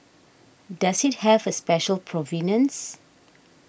does it have a special provenance